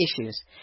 issues